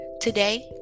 Today